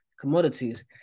commodities